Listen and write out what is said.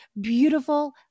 beautiful